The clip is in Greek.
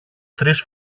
τρεις